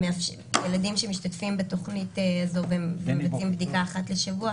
הילדים שמשתתפים בתוכנית הזאת ומבצעים בדיקה אחת לשבוע,